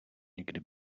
nikdy